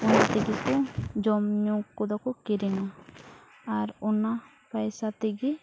ᱚᱱᱟ ᱛᱮᱜᱮ ᱠᱚ ᱡᱚᱢᱼᱧᱩ ᱠᱚᱫᱚ ᱠᱚ ᱠᱤᱨᱤᱧᱟ ᱟᱨ ᱚᱱᱟ ᱯᱚᱭᱥᱟ ᱛᱮᱜᱮ